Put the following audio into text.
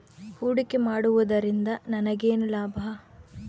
ಹೂಡಿಕೆ ಮಾಡುವುದರಿಂದ ನನಗೇನು ಲಾಭ?